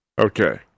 Okay